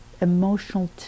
emotional